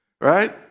right